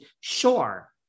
Sure